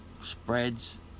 spreads